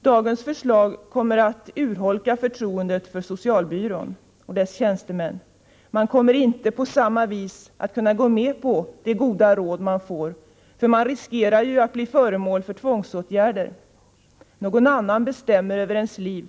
Dagens förslag kommer att urholka förtroendet för socialbyrån och dess tjänstemän. Man kommer inte att på samma vis kunna följa de goda råd man får, för man riskerar ju att bli föremål för tvångsåtgärder. Någon annan bestämmer över ens liv!